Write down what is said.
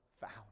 found